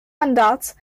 mandats